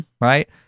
Right